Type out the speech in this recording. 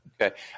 Okay